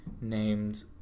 named